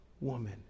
woman